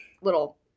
little